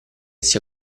sia